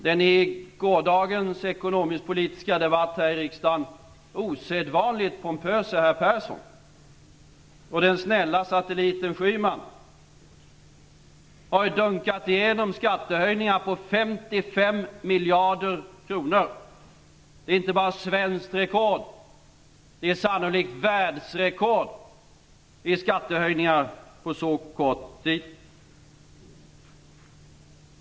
Den i gårdagens ekonomisk-politiska debatt här i riksdagen osedvanligt pompöse herr Persson och den snälla satelliten Schyman har "dunkat igenom" skattehöjningar på 55 miljarder kronor. Det är inte bara svenskt rekord, det är sannolikt världsrekord i skattehöjningar på så kort tid.